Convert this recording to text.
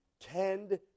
tend